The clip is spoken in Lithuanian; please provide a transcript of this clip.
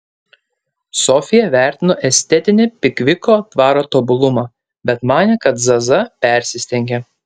sofija vertino estetinį pikviko dvaro tobulumą bet manė kad zaza persistengia